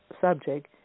subject